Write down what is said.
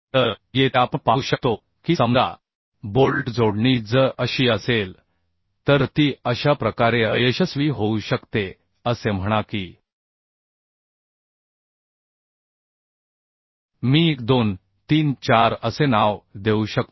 तर येथे आपण पाहू शकतो की समजा बोल्ट जोडणी जर अशी असेल तर ती अशा प्रकारे अयशस्वी होऊ शकते असे म्हणा की मी 1 2 3 4 असे नाव देऊ शकतो